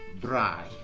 dry